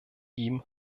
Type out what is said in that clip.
ihm